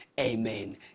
Amen